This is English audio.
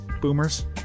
Boomers